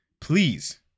Please